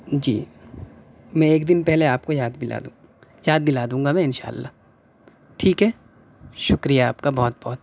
جی میں ایک دن پہلے آپ کو یاد دلا دوں یاد دلا دوں گا میں انشا اللہ ٹھیک ہے شکریہ آپ کا بہت بہت